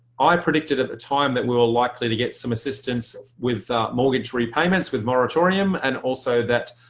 i predicted at a time that we're all likely to get some assistance with mortgage repayments with moratorium and also that